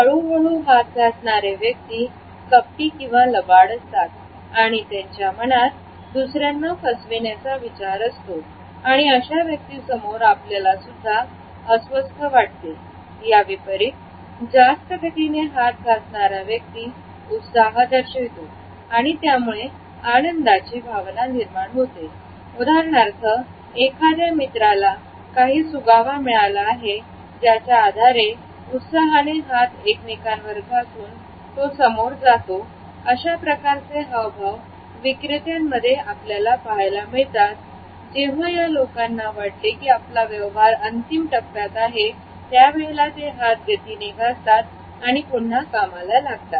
हळूहळू हात घासणारे व्यक्ती कपटी किंवा लबाड असतात आणि त्यांच्या मनात दुसऱ्यांना फसविण्याचा विचार असतो आणि अश्या व्यक्तीसमोर आपल्याला सुद्धा अस्वस्थ वाटते या विपरीत जास्त गतीने हात घालणारा व्यक्ती उत्साह दर्शवितो आणि त्यामुळे आनंदाची भावना निर्माण होते उदाहरणार्थ एखाद्या मित्राला काही सुगावा मिळाला आहे ज्याच्या आधारे उत्साहाने हात एकमेकांवर वेगाने घासून तो समोर जातो अशा प्रकारचे हावभाव विक्रेत्यांमध्ये आपल्याला पाहायला मिळतात जेव्हा या लोकांना वाटते की आपला व्यवहार अंतिम टप्प्यात आहे त्यावेळेला ते हात गतीने घासतात आणि पुन्हा कामाला लागतात